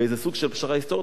באיזה סוג של פשרה היסטורית?